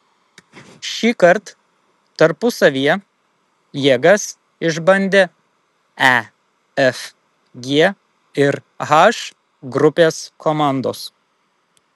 šįkart tarpusavyje jėgas išbandė e f g ir h grupės komandos